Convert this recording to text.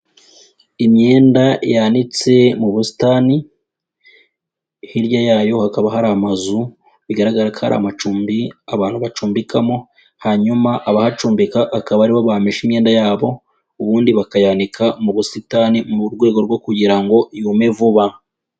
Imyenda yanitse mu busitani, hirya yayo hakaba hari amazu bigaragara ko ari amacumbi abantu bacumbikamo hanyuma abahacumbika bakaba aribo bamesha imyenda yabo ubundi bakayandika mu busitani mu rwego rwo kugira ngo yume vuba.